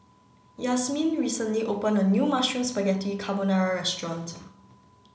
Yazmin recently opened a new Mushroom Spaghetti Carbonara restaurant